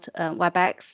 WebEx